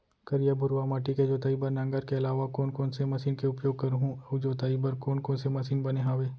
करिया, भुरवा माटी के जोताई बर नांगर के अलावा कोन कोन से मशीन के उपयोग करहुं अऊ जोताई बर कोन कोन से मशीन बने हावे?